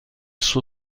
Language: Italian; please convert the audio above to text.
suo